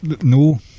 No